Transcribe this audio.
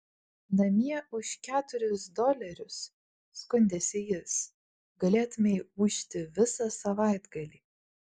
namie už keturis dolerius skundėsi jis galėtumei ūžti visą savaitgalį